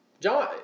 John